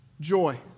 Joy